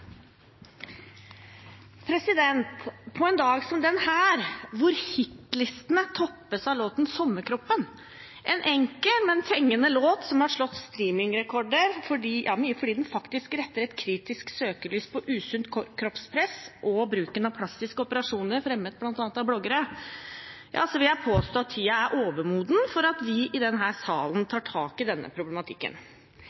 hvor hitlistene toppes av låten «sommerkroppen», en enkel, men fengende låt som har slått strømmerekorder mye fordi den faktisk retter et kritisk søkelys på usunt kroppspress og bruken av plastiske operasjoner, fremmet av bl.a. bloggere, vil jeg påstå at tiden er overmoden for at vi i denne salen